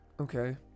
Okay